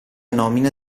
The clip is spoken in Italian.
nomina